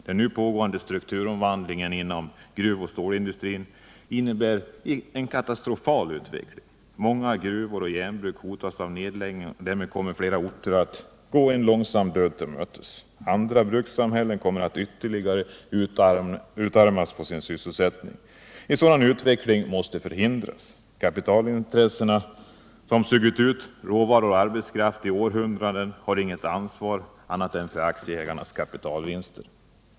Den nu pågående strukturomvandlingen inom gruvoch stålindustrin innebär en katastrofal utveckling. Många gruvor och järnbruk hotas av nedläggning, och därmed kommer flera orter att gå en långsam död till mötes. Andra brukssamhällen kommer att ytterligare utarmas på sysselsättning. En sådan utveckling måste förhindras. Kapitai'ntressena som sugit ut råvaror och arbetskraft i århundraden har inget ansvar, annat än för aktieägarnas kapitalvinster.